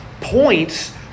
points